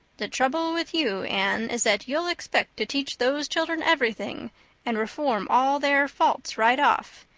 the trouble with you, anne, is that you'll expect to teach those children everything and reform all their faults right off,